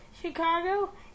Chicago